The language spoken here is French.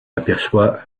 aperçoit